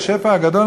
השפע הגדול,